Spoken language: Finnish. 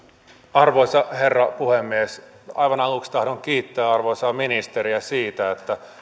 arvoisa herra puhemies aivan aluksi tahdon kiittää arvoisaa ministeriä siitä että